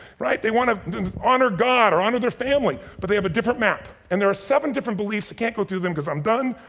they wanna honor god or honor their family, but they have a different map. and there are seven different beliefs, can't go through them cause i'm done.